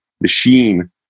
machine